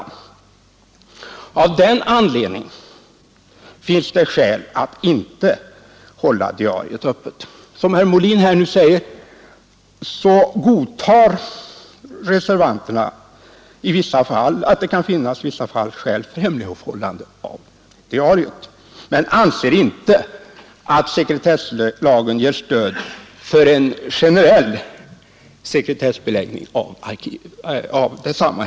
Av den anledningen finns det skäl att inte ha diariet öppet. Som herr Molin nu säger godtar reservanterna att det i vissa fall kan finnas skäl för hemlighållandet av diariet, men reservanterna anser inte att sekretesslagen ger stöd för en generell sekretessbeläggning av diariet.